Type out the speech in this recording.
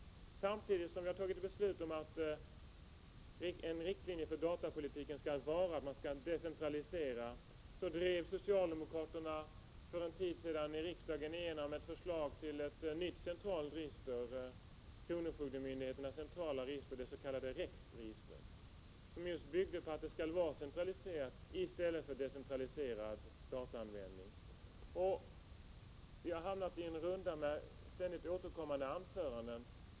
Samtidigt som vi har fattat beslut om att en av riktlinjerna för datapolitiken skall vara decentralisering drev socialdemokraterna för en tid sedan i riksdagen igenom ett beslut om ett nytt centralt register, kronofogdemyndigheternas centrala register, det s.k. REX-registret — som just byggde på att det skall vara centraliserad i stället för decentraliserad dataanvändning. Vi har hamnat i en runda med ständigt återkommande anföranden.